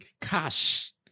Cash